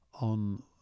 on